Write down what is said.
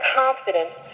confidence